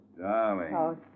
Darling